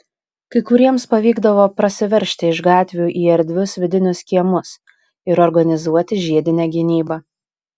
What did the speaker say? kai kuriems pavykdavo prasiveržti iš gatvių į erdvius vidinius kiemus ir organizuoti žiedinę gynybą